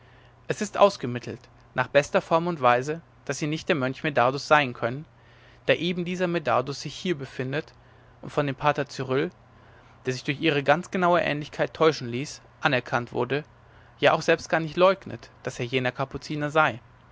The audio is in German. es ist ausgemittelt nach bester form und weise daß sie nicht der mönch medardus sein können da eben dieser medardus sich hier befindet und von dem pater cyrill der sich durch ihre ganz genaue ähnlichkeit täuschen ließ anerkannt wurde ja auch selbst gar nicht leugnet daß er jener kapuziner sei